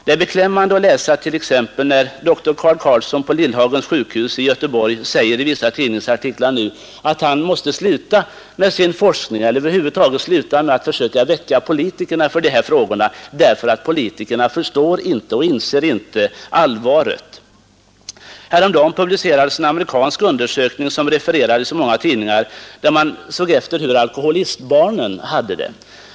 Det är beklämmande att läsa vad dr Carl Carlsson på Lillhagens sjukhus i Göteborg säger i vissa tidningsartiklar just nu: att han måste sluta med sin forskning i alkoholfrågan, han måste över huvud taget sluta med att försöka väcka politikerna för de här frågorna, eftersom politikerna inte inser allvaret och låter sig väckas. Häromdagen presenterades en amerikansk undersökning, som refererades i många tidningar, om alkoholistbarnens situation.